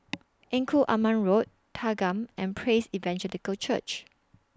Engku Aman Road Thanggam and Praise Evangelical Church